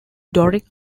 doric